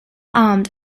armed